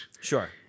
Sure